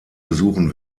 besuchen